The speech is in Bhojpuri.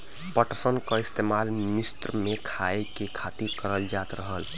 पटसन क इस्तेमाल मिस्र में खाए के खातिर करल जात रहल